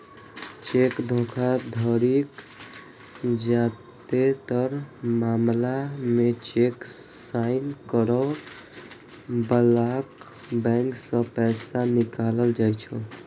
cheque धोखाधड़ीक जादेतर मामला मे चेक साइन करै बलाक बैंक सं पैसा निकालल जाइ छै